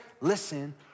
listen